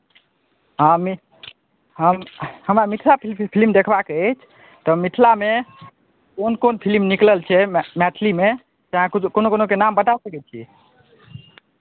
हँ मि हम हमरा मिथिला फिलिम देखबाक अछि तऽ मिथिलामे कोन कोन फिलिम निकलल छै म् मैथिलीमे से अहाँ कोनो कोनोके नाम बता सकैत छियै